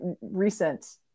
recent